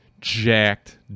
jacked